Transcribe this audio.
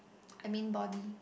I mean body